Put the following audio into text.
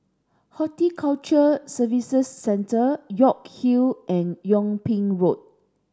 Horticulture Services Centre York Hill and Yung Ping Road